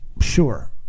Sure